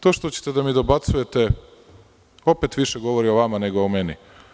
To što mi dobacujete opet više govori o vama nego o meni.